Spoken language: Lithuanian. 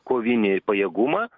kovinį pajėgumą